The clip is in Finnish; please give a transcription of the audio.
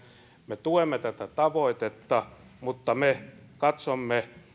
me tuemme tätä tavoitetta mutta me katsomme